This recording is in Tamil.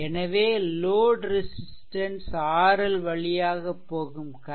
எனவே லோட் ரெசிஸ்ட்டன்ஸ் RL வழியாக போகும் கரன்ட் 2